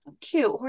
cute